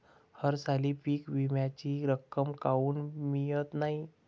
हरसाली पीक विम्याची रक्कम काऊन मियत नाई?